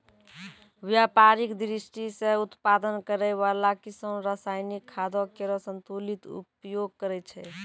व्यापारिक दृष्टि सें उत्पादन करै वाला किसान रासायनिक खादो केरो संतुलित उपयोग करै छै